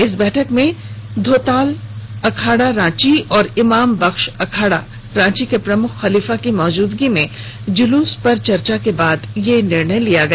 इस बैठक में धोताल अखाड़ा रांची और इमाम बख्श अखाड़ा रांची के प्रमुख खर्लीफा की मौजूदगी में जुलूस पर चर्चा के बाद निर्णय लिया गया